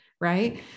Right